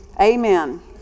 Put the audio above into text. Amen